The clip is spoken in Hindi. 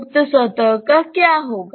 मुक्त सतह का क्या होगा